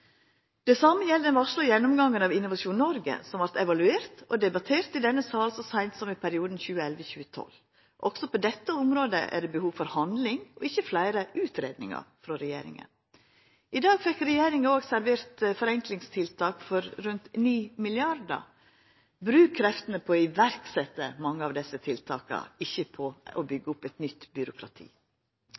Det same gjeld den varsla gjennomgangen av Innovasjon Norge, som vart evaluert og debattert i denne sal så seint som i perioden 2011–2012. Også på dette området er det behov for handling og ikkje fleire utgreiingar frå regjeringa. I dag fekk regjeringa òg servert forenklingstiltak for rundt 9 mrd. kr. Bruk kreftene på å setja i verk mange av desse tiltaka, ikkje på å byggja opp eit nytt byråkrati.